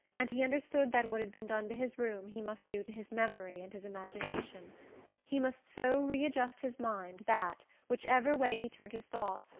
and he understood that what had been done to his room he must do to his memory and his imagination he must so readjust his mind that, whichever way he turned his thoughts,